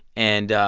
and